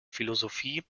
philosophie